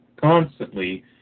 constantly